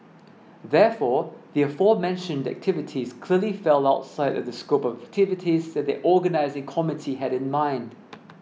therefore the aforementioned activities clearly fell outside of the scope of activities that the organising committee had in mind